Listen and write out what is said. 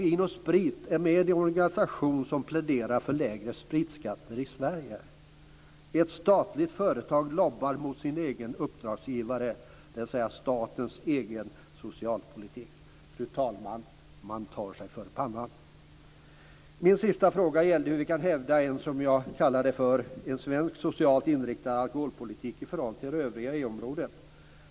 Vin & Sprit är med i en organisation som pläderar för lägre spritskatter i Sverige. Ett statligt företag lobbar mot sin egen uppdragsgivare, dvs. statens egen socialpolitik. Fru talman! Man tar sig för pannan! Min sista fråga gällde en, som vi kan hävda, svensk socialt inriktad alkoholpolitik i förhållande till det övriga EU-området.